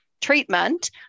treatment